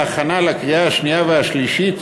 בהכנה לקריאה השנייה ושלישית,